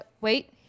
wait